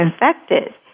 infected